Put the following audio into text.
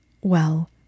Well